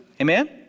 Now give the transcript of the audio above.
Amen